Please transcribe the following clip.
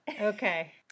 okay